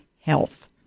health